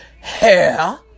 Hair